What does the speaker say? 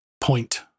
point